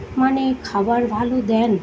মানে খাবার ভালো দেন